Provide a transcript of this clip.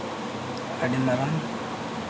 ᱟᱹᱰᱤ ᱢᱟᱨᱟᱝ